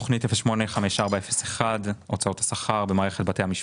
תוכנית 0854/01 הוצאות השכר במערכת בתי המשפט.